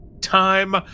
Time